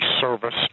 service